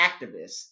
activists